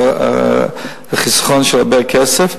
זה חיסכון של הרבה כסף.